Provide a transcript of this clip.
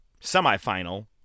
semifinal